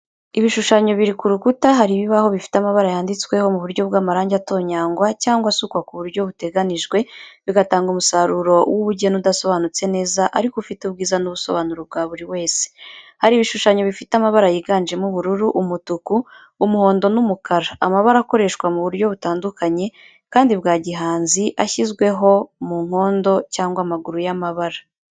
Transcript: Ibishushanyo biri ku rukuta, hari ibibaho bifite amabara yanditsweho mu buryo bw'amarangi atonyangwa cyangwa asukwa ku buryo buteganijwe, bigatanga umusaruro w’ubugeni udasobanutse neza ariko ufite ubwiza n’ubusobanuro bwa buri wese. Hari ibishushanyo bifite amabara yiganjemo ubururu, umutuku, umuhondo, n’umukara, amabara akoreshwa mu buryo butandukanye kandi bwa gihanzi ashyizweho mu nkondo cyangwa amaguru y’amabara.